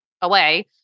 away